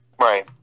Right